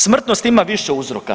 Smrtnost ima više uzroka.